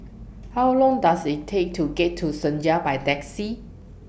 How Long Does IT Take to get to Senja By Taxi